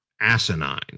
asinine